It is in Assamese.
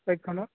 বাইকখনৰ